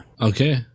Okay